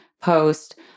post